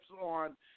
on